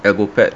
elbow pad